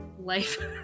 life